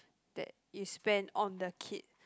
that you spend on the kid